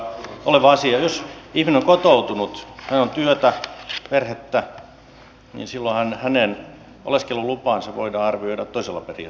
jos ihminen on kotoutunut hänellä on työtä perhettä niin silloinhan hänen oleskelulupansa voidaan arvioida toisella periaatteella